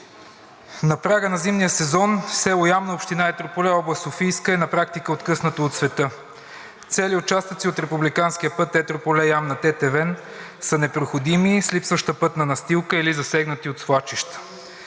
На прага на зимния сезон село Ямна, община Етрополе, област Софийска, е на практика откъснато от света. Цели участъци от републиканския път Етрополе – Ямна – Тетевен са непроходими с липсваща пътна настилка или засегнати от свлачища,